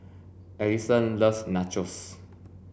Ellison loves Nachos